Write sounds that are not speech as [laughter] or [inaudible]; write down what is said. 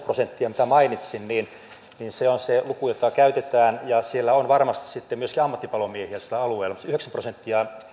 [unintelligible] prosenttia minkä mainitsin on se luku jota käytetään ja siellä alueella on varmasti myöskin ammattipalomiehiä mutta yhdeksänkymmentä prosenttia